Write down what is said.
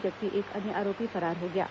जबकि एक अन्य आरोपी फरार हो गया है